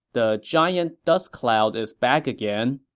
the giant dust cloud is back again.